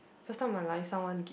first time in my life someone gi~